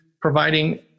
providing